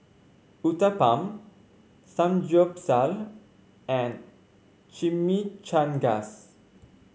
Uthapam Samgyeopsal and Chimichangas